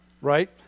right